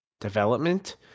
development